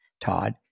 Todd